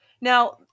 now